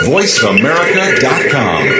VoiceAmerica.com